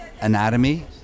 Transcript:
anatomy